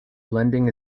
blending